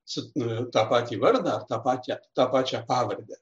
cit tą patį vardą ar tą patią tą pačią pavardę